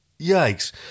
Yikes